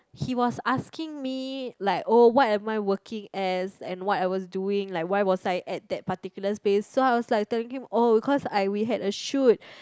he was asking me like oh what am I working as and what I was doing like why was I at that particular space so I was like telling him oh cause I we had a shoot